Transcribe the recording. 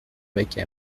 avec